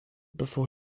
before